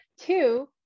two